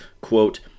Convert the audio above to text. quote